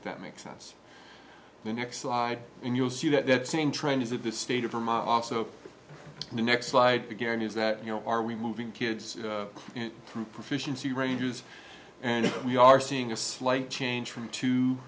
that makes sense the next slide and you'll see that same trend is that the state of vermont also in the next slide began is that you know are we moving kids through proficiency ranges and we are seeing a slight change from